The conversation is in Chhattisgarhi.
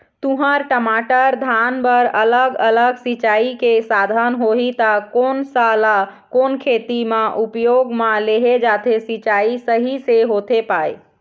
तुंहर, टमाटर, धान बर अलग अलग सिचाई के साधन होही ता कोन सा ला कोन खेती मा उपयोग मा लेहे जाथे, सिचाई सही से होथे पाए?